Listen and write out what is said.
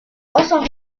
also